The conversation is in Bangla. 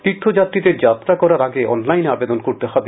তীর্থযাত্রীদের যাত্রা করার আগে অনলাইনে আবেদন করতে হবে